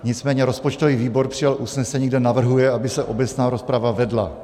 Nicméně rozpočtový výbor přijal usnesení, kde navrhuje, aby se obecná rozprava vedla.